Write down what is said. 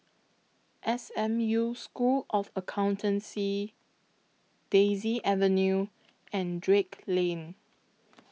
S M U School of Accountancy Daisy Avenue and Drake Lane